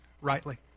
rightly